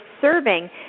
serving